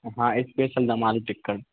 हाँ स्पेशल दाल टिक्कड़